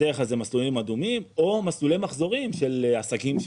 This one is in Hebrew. בדרך כלל זה מסלולים אדומים או מסלולי מחזורים של עסקים,